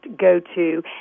go-to